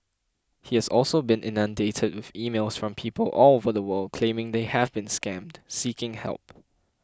he has also been inundated with emails from people all over the world claiming they have been scammed seeking help